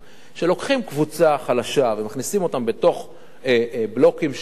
כשלוקחים קבוצה חלשה ומכניסים אותה לתוך בלוקים שלמים,